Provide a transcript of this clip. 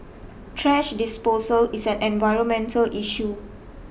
trash disposal is an environmental issue